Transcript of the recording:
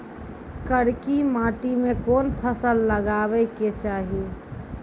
करकी माटी मे कोन फ़सल लगाबै के चाही?